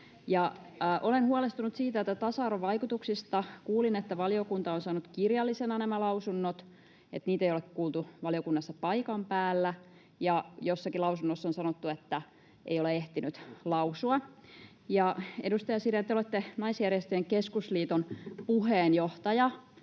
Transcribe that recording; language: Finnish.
Olen huolestunut siitä, että tasa-arvovaikutuksista... Kuulin, että valiokunta on saanut kirjallisina nämä lausunnot, että niitä ei ole kuultu valiokunnassa paikan päällä, ja jossakin lausunnossa on sanottu, että ei ole ehtinyt lausua. Edustaja Sirén, te olette Naisjärjestöjen Keskusliiton puheenjohtaja,